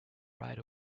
right